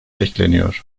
bekleniyor